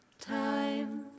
time